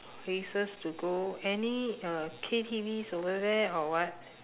places to go any uh K_T_Vs over there or what